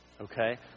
Okay